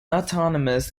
autonomous